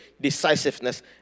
decisiveness